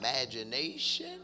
imagination